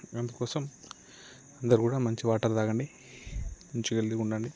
అందుకోసం అందరు కూడా మంచిగా వాటర్ త్రాగండి మంచిగా హెల్దీగా ఉండండి